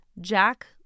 Jack